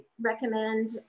recommend